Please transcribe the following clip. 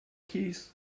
keys